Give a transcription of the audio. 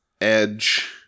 Edge